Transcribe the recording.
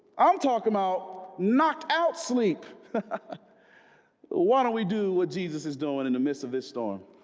i'm talking about knocked out sleep why don't we do what jesus is doing in the midst of this storm